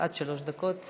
עד שלוש דקות